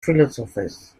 philosophers